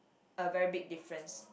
a very big difference